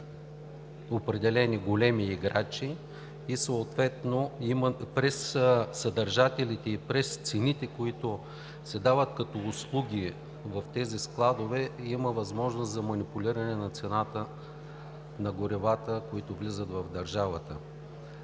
играчи през съдържателите и през цените, които се дават като услуги в тези складове, има възможност за манипулиране на цената на горивата, които влизат в държавата.